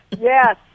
Yes